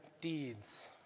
deeds